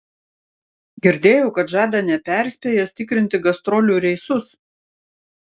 girdėjau kad žada neperspėjęs tikrinti gastrolių reisus